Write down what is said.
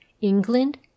England